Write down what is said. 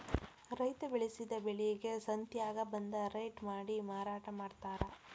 ರೈತಾ ಬೆಳಸಿದ ಬೆಳಿಗೆ ಸಂತ್ಯಾಗ ಒಂದ ರೇಟ ಮಾಡಿ ಮಾರಾಟಾ ಮಡ್ತಾರ